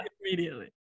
Immediately